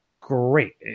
great